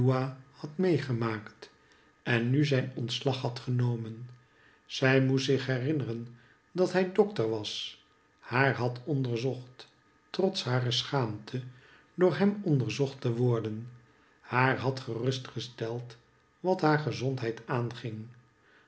had meegemaakt en nu zijn ontslag had genomen zij moest zich herinneren dat hij dokter was haar had onderzocht trots hare schaamte door hem onderzocht te worden haar had gerust gesteld wat haar gezondheid aanging